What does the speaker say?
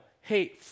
Hey